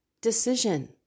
decision